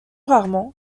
rarement